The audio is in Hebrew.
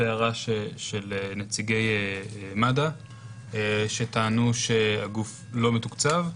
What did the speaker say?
הערה של נציגי מד"א שטענו שהגוף לא מתוקצב.